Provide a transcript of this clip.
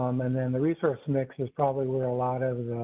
um and then the resource mix is probably where a lot of